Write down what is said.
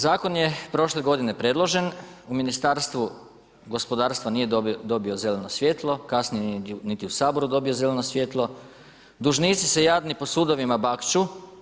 Zakon je prošle godine predložen, u Ministarstvu gospodarstva nije dobio zeleno svjetlo, kasnije nije niti u Saboru donio zeleno svjetlo, dužnici se jadni po sudovima bakću.